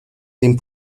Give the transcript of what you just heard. dem